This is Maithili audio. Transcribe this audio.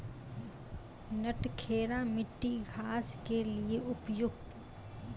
नटखेरा मिट्टी घास के लिए उपयुक्त?